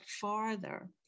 farther